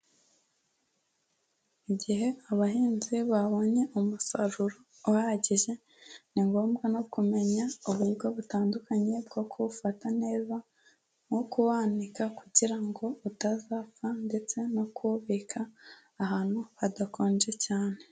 Igihe abahinzi babonye umusaruro uhagije ni ngombwa no kumenya uburyo butandukanye bwo kuwufata neza, nko kuwanika kugira ngo utazapfa ndetse no kubika ahantu hadakonje cyane.